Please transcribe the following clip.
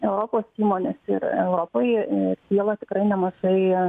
europos įmonės ir europai kyla tikrai nemažai